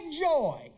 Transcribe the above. joy